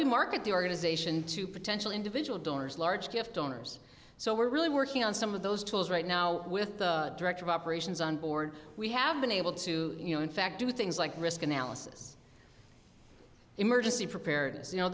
we market the organization to potential individual donors large gift donors so we're really working on some of those tools right now with the director of operations on board we have been able to you know in fact do things like risk analysis emergency preparedness you know